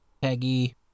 Peggy